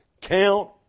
count